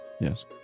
Yes